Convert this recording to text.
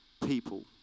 people